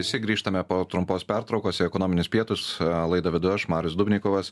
visi grįžtame po trumpos pertraukos į ekonominius pietus laidą vedu aš marius dubnikovas